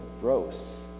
gross